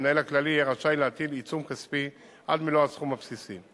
המנהל הכללי יהיה רשאי להטיל עיצום כספי עד מלוא הסכום הבסיסי.